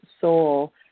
soul